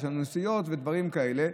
יש לנו נסיעות ודברים כאלה.